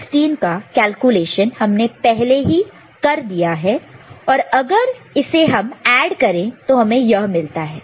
16 का कैलकुलेशन हमने पहले ही कर दिया है और अगर इसे हम ऐड करें तो हमें यह मिलता है